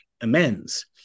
amends